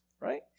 right